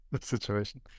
situation